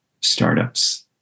startups